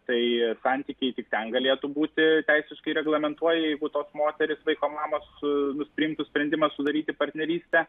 tai santykiai tik ten galėtų būti teisiškai reglamentuoja jeigu tos moterys vaiko mamą su priimtų sprendimą sudaryti partnerystę